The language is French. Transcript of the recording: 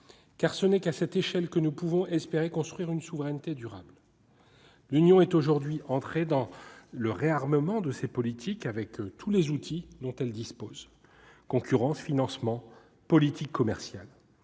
car ce n'est qu'à cette échelle que nous pouvons espérer construire une souveraineté durable, l'Union est aujourd'hui entrée dans le réarmement de ces politiques avec tous les outils dont elle dispose, concurrence, financement politique commerciale